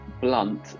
blunt